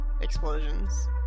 explosions